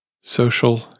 social